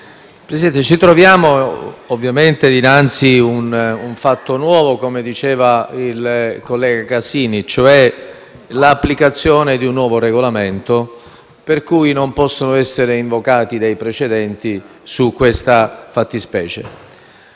Presidente, ci troviamo ovviamente dinanzi a un fatto nuovo, come diceva il collega Casini, ossia l'applicazione di un nuovo Regolamento, per cui non possono essere invocati dei precedenti su questa fattispecie.